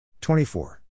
24